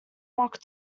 mock